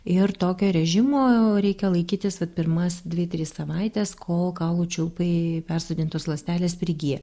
ir tokio režimo reikia laikytis vat pirmas dvi tris savaites kol kaulų čiulpai persodintos ląstelės prigyja